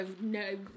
no